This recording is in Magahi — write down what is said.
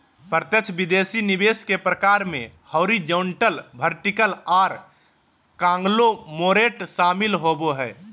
प्रत्यक्ष विदेशी निवेश के प्रकार मे हॉरिजॉन्टल, वर्टिकल आर कांगलोमोरेट शामिल होबो हय